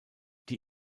die